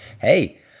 Hey